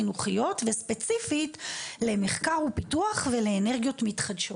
חינוכיות וספציפית למחקר ופיתוח ולאנרגיות מתחדשות,